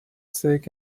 sick